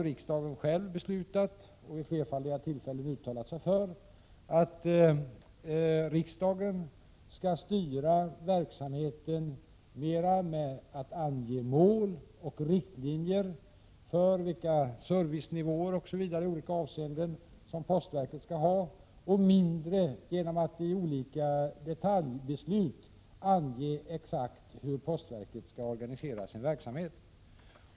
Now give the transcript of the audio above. Riksdagen har själv beslutat, och vid flerfaldiga tillfällen uttalat sig för, att riksdagen skall styra verksamheten mer genom att ge riktlinjer för vilka servicenivåer osv. i olika avseenden som postverket skall ha och mindre genom att i olika detaljbeslut ange exakt hur postverket skall organisera sin verksamhet.